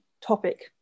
topic